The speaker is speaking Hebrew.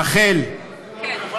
רחל, כן.